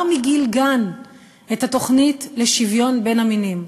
מגיל גן את התוכנית לשוויון בין המינים,